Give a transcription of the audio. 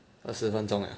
二十分钟 liao